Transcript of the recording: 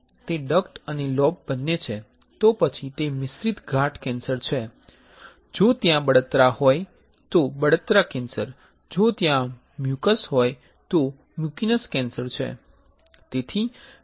તે ડક્ટ અને લોબ બંને છે તો પછી તે મિશ્રિત ગાંઠ કેન્સર છે જો ત્યાં બળતરા હોય તો બળતરા કેન્સર જો ત્યાં મ્યુકસ હોય તો મ્યુકિનસ કેન્સર છે